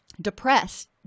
depressed